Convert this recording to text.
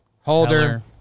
Holder